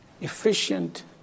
efficient